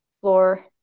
floor